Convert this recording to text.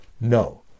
No